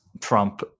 trump